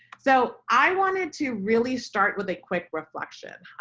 so i wanted to really start with a quick reflection.